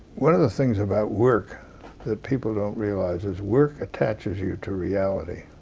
one of the things about work that people don't realize is work attaches you to reality